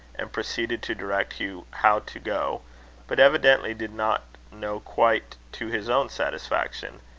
and proceeded to direct hugh how to go but evidently did not know quite to his own satisfaction.